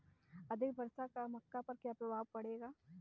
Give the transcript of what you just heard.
अधिक वर्षा का मक्का पर क्या प्रभाव पड़ेगा?